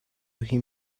him